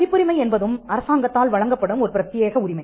பதிப்புரிமை என்பதும் அரசாங்கத்தால் வழங்கப்படும் ஒரு பிரத்தியேக உரிமை